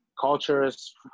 cultures